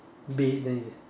bed then you